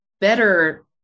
better